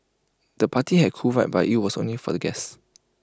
the party had A cool vibe but IT was only for the guests